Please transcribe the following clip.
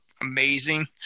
amazing